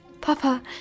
Papa